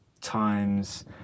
Times